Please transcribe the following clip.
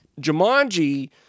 Jumanji